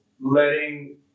letting